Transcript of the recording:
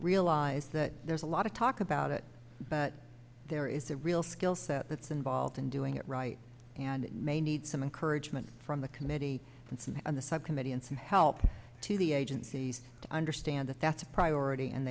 realize that there's a lot of talk about it but there is a real skill set that's involved in doing it right and it may need some encouragement from the committee and on the subcommittee and some help to the agencies to understand that that's a priority and